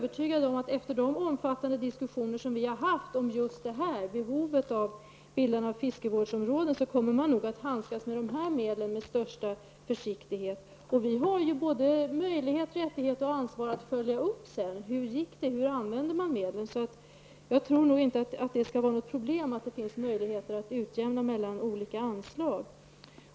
Efter de omfattande diskussioner som vi har fört om just behovet av bildande av fiskevårdsområden, är jag övertygad om att man kommer att handskas med medlen med största försiktighet. Vi har både möjligheter, rättigheter och ansvar att följa upp hur det går och hur medlen används. Jag tror således att det inte skall vara några problem med att det finns möjligheter att göra omfördelningar mellan olika anslag.